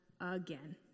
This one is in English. again